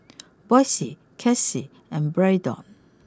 Boysie Kelsie and Braedon